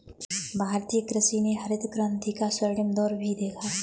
भारतीय कृषि ने हरित क्रांति का स्वर्णिम दौर भी देखा